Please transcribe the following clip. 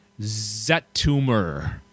Zetumer